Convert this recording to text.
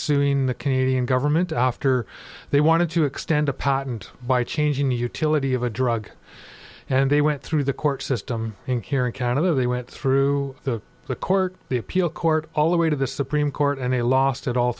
suing the canadian government after they wanted to extend a patent by changing the utility of a drug and they went through the court system and here in canada they went through the court the appeal court all the way to the supreme court and they lost it all